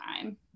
time